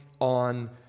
on